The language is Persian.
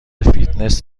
فیتنس